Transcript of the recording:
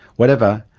whatever,